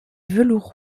velours